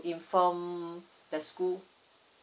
inform the school